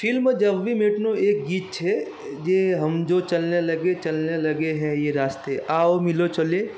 film Jab we met એક ગીત છે તે હમ જો ચલને લગે ચલને લગે હેં યે રાસ્તે આઓ મીલોં ચલે